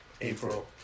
April